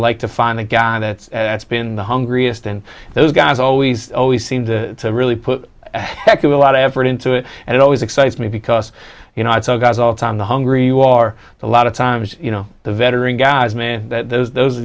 like to find a guy that's that's been the hungriest and those guys always always seem to really put a heck of a lot of effort into it and it always excites me because you know it's all guys all the time the hungry you are a lot of times you know the veteran guys man those those